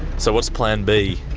so what's plan b?